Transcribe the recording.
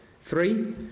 Three